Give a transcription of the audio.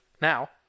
Now